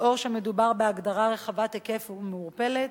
לאור כך שמדובר בהגדרה רחבת היקף ומעורפלת,